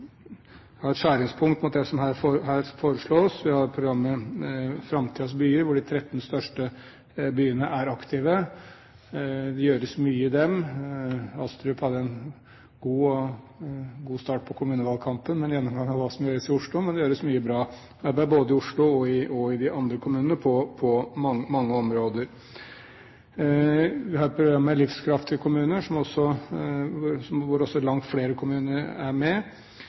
har et skjæringspunkt mot det som her foreslås. Vi har programmet «Framtidens byer», hvor de 13 største byene er aktive – det gjøres mye der. Astrup hadde en god start på kommunevalgkampen med en gjennomgang av hva som gjøres i Oslo, men det gjøres mye bra arbeid både i Oslo og i de andre kommunene på mange områder. Vi har programmet «Livskraftige kommuner», hvor langt flere kommuner er med,